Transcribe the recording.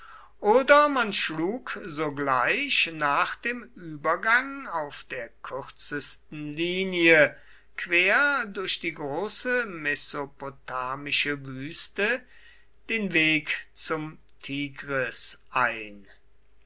oder man schlug sogleich nach dem übergang auf der kürzesten linie quer durch die große mesopotamische wüste den weg zum tigris ein